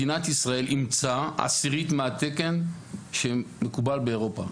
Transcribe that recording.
מדינת ישראל אימצה עשירית מהתקן שמקובל באירופה,